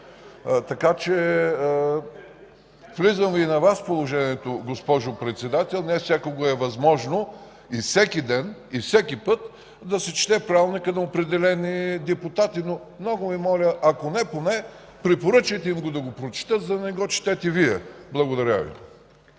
дебатите. Влизам и във Вашето положение, госпожо Председател, че не всякога е възможно и всеки ден, и всеки път да се чете Правилника на определени депутати. Много Ви моля, ако не, поне препоръчайте им да го прочетат, за да не го четете Вие. Благодаря Ви.